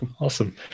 awesome